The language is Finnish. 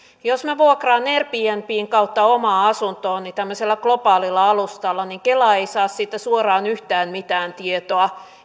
jos minä vuokraan airbnbn kautta omaa asuntoani tämmöisellä globaalilla alustalla niin kela ei saa siitä suoraan yhtään mitään tietoa